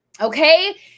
Okay